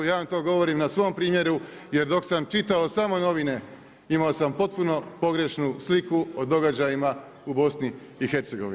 Ja vam to govorim na svom primjeru, jer dok sam čitao samo novine, imao sam potpunu pogrešnu sliku o događajima u BIH.